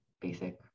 basic